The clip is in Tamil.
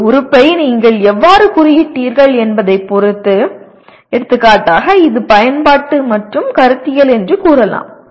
ஒரு உறுப்பை நீங்கள் எவ்வாறு குறியிட்டீர்கள் என்பதைப் பொறுத்து எடுத்துக்காட்டாக இது பயன்பாடு மற்றும் கருத்தியல் என்று கூறலாம்